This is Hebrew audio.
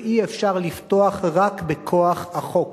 ואי-אפשר לפתור רק בכוח החוק,